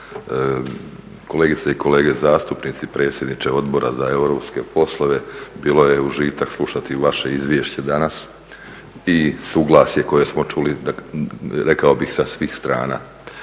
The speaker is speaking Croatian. kolegice i kolege zastupnici, predsjedniče Odbora za europske poslove. Bilo je užitak slušati vaše izvješće danas i suglasje koje smo čuli rekao bih sa svih strana.